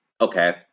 okay